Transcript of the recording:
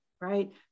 right